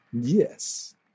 Yes